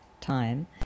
time